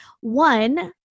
one